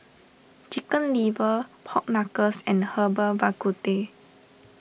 Chicken Liver Pork Knuckle and Herbal Bak Ku Teh